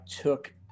took